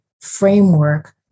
framework